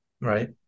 Right